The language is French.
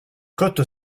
côte